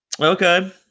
Okay